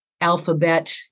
alphabet